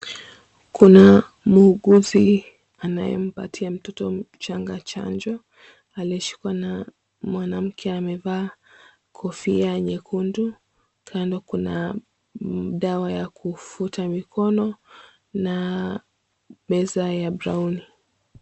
Kuna muuguzi anayempatia mtoto mchanga chanjo aliyeshikwa na mwanamke amevaa kofia nyekundu, kando kuna dawa ya kufuta mikono na meza ya brown .